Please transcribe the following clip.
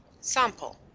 sample